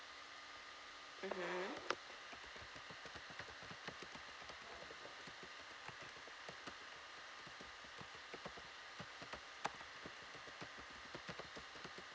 mmhmm